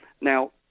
Now